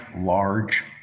large